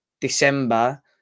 December